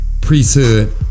priesthood